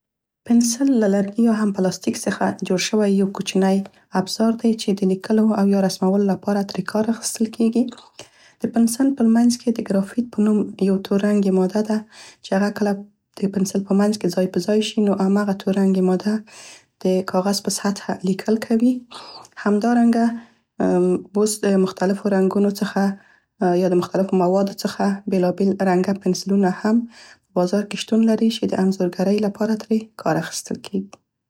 پنسل له لرګي یا هم پلاستیک څخه جوړ شوی یو کوچنی ابزار دی چې د لیکلو او یا رسمولو لپاره ترې کار اخیستل کیګي. د پنسل په لمنځ کې د ګرافیک په نوم یوه تور رنګې ماده ده چې هغه کله د پنسل په منځ کې ځای ځای شي نو هماغه تور رنګې ماده د کاغذ په سطحه لیکل کوي. همدارنګه اوس د مختلفو رنګونو څخه یا د مختلفو موادو څخه بیلابیل رنګه پنسلونه هم په بازار کې شتون لري چې د انځورګرۍ لپاره ترې کار اخیستل کیګي.